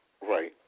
Right